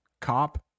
Cop